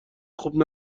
خوب